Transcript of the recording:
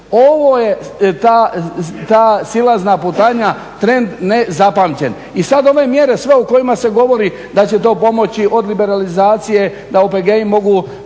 ovo je ta silazna putanja, trend nezapamćen. I sad ove mjere sve o kojima se govori da će to pomoći od liberalizacije da OPG-i mogu